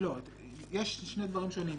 יש שני דברים שונים,